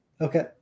Okay